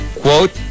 Quote